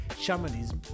shamanism